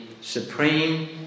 Supreme